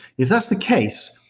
if that's the case,